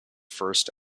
first